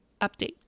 update